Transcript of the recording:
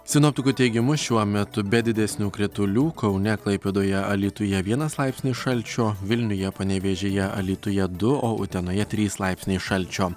sinoptikų teigimu šiuo metu be didesnių kritulių kaune klaipėdoje alytuje vienas laipsnis šalčio vilniuje panevėžyje alytuje du o utenoje trys laipsniai šalčio